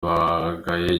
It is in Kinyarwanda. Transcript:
bagaye